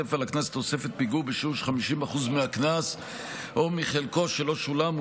תיווסף על הקנס תוספת פיגור בשיעור של 50% מהקנס או מחלקו שלא שולם,